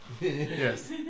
Yes